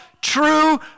true